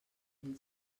mil